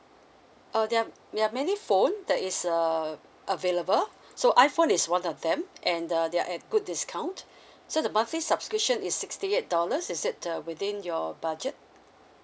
uh there're there're many phone that is um available so iphone is one of them and the there're at good discount so the monthly subscription is sixty eight dollars is it the within your budget